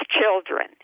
children